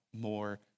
more